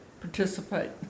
participate